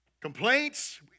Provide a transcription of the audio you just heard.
Complaints